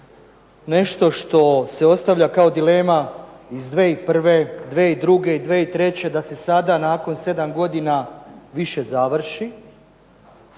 nešto što se ostavlja kao dilema iz 2001., 2002., i 2003. da se sada nakon 7 godina više završi